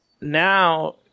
now